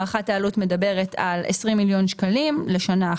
הערכת העלות מדברת על 20 מיליון שקלים לשנה אחת.